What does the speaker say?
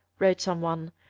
wrote some one,